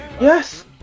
Yes